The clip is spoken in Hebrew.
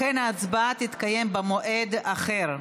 לכן ההצבעה תתקיים במועד אחר.